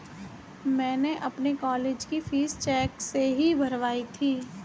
मैंने अपनी कॉलेज की फीस चेक से ही भरवाई थी